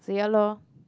so ya lor